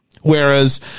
Whereas